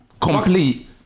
complete